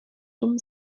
tom